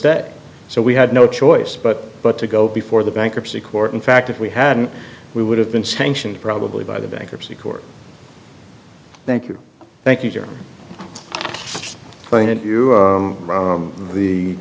step so we had no choice but but to go before the bankruptcy court in fact if we hadn't we would have been sanctioned probably by the bankruptcy court thank you thank you